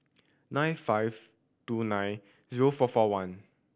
nine five two nine zero four four one